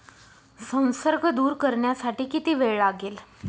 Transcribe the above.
संसर्ग दूर करण्यासाठी किती वेळ लागेल?